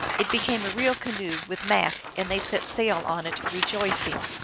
it became a real canoe, with masts, and they set sail on it, rejoicing.